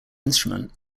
instrument